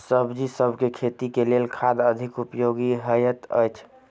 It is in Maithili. सब्जीसभ केँ खेती केँ लेल केँ खाद अधिक उपयोगी हएत अछि?